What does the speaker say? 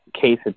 case